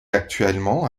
actuellement